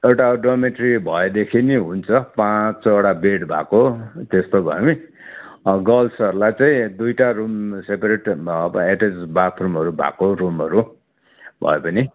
एउटा डोर्मिटोरी भएदेखि नै हुन्छ पाँचवटा बेड भएको त्यस्तो भए नि गर्ल्सहरूलाई दुईवटा रुम सेपरेट भयो भने एटेच बाथरुमहरू भएको रुमहरू भयो भनी